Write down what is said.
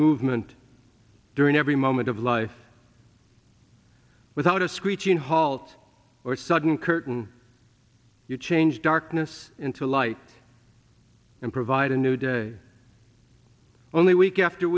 movement during every moment of life without a screeching halt or sudden curtain you change darkness into light and provide a new day only week after